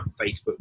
Facebook